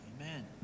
Amen